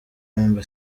amb